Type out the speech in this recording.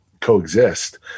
coexist